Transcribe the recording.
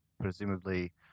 presumably